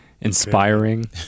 inspiring